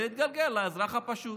זה יתגלגל לאזרח הפשוט.